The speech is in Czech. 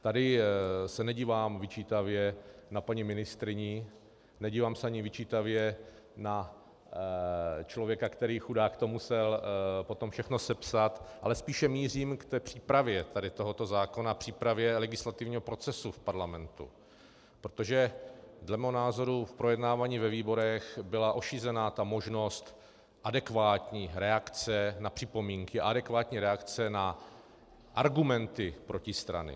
Tady se nedívám vyčítavě na paní ministryni, nedívám se ani vyčítavě na člověka, který, chudák, to musel potom všechno sepsat, ale spíše mířím k přípravě tady tohoto zákona, přípravě legislativního procesu v parlamentu, protože dle mého názoru v projednávání ve výborech byla ošizena ta možnost adekvátní reakce na připomínky, adekvátní reakce na argumenty protistrany.